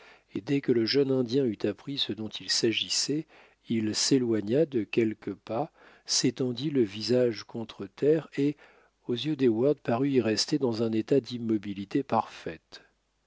et dès que le jeune indien eut appris ce dont il s'agissait il s'éloigna de quelques pas s'étendit le visage contre terre et aux yeux d'heyward parut y rester dans un état d'immobilité parfaite